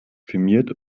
firmiert